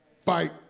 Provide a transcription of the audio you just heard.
Fight